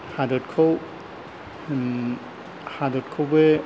हाददखौ हाददखौबो